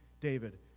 David